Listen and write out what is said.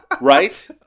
Right